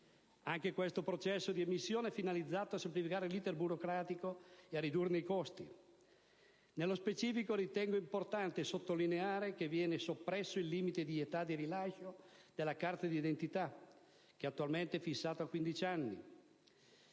Anche questo processo di emissione è finalizzato a semplificare l'*iter* burocratico e a ridurne i costi. Nello specifico ritengo importante sottolineare che viene soppresso il limite di età di rilascio della carta d'identità che attualmente è fissato a 15 anni.